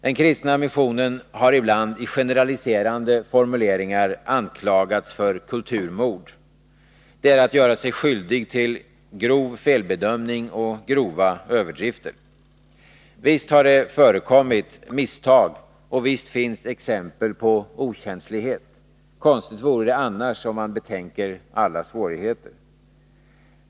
Den kristna missionen har ibland i generaliserande formuleringar anklagats för kulturmord. Det är att göra sig skyldig till grov felbedömning och grova överdrifter. Visst har det förekommit misstag och visst finns exempel på okänslighet. Konstigt vore det annars, om man betänker alla svårigheter.